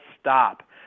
stop